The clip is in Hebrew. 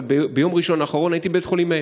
אבל ביום ראשון האחרון הייתי בבית חולים מאיר.